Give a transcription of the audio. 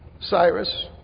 Cyrus